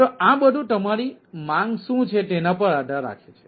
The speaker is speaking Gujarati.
તો આ બધું તમારી માંગ શું છે તેના પર આધાર રાખે છે